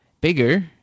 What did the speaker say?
Bigger